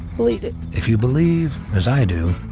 bleed it. if you believe as i do,